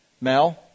Mel